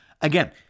Again